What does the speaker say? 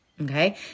Okay